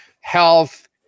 health